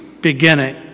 beginning